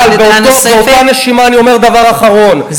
אבל באותה נשימה אני אומר דבר אחרון,